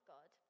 God